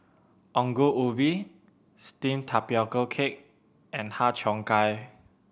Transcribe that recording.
Ongol Ubi steamed tapioca cake and Har Cheong Gai